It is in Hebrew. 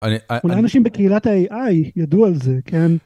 אנשים בקהילת ה-AI ידעו על זה כן.